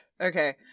Okay